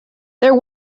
there